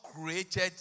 created